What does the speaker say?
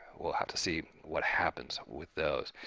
we'll have to see what happens with those.